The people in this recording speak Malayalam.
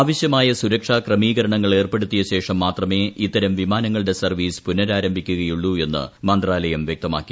ആവശ്യമായ സുരക്ഷാ ക്രമീകരണങ്ങൾ ഏർപ്പെടുത്തിയ ശേഷം മാത്രമേ ഇത്തരം വിമാനങ്ങളുടെ സർവ്വീസ് പുനരാരംഭിക്കുകയുള്ളൂ എന്ന് മന്ത്രാലയം വ്യക്തമാക്കി